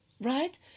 Right